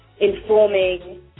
informing